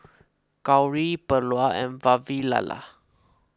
Gauri Bellur and Vavilala